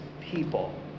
people